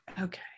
okay